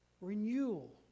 renewal